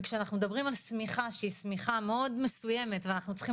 כשאנחנו מדברים על שמיכה שהיא שמיכה מאוד מסוימת ואנחנו צריכים